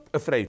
afraid